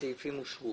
הצבעה